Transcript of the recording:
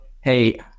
hey